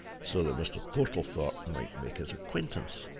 so that mr. portlethorpe might make his acquaintance.